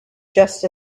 just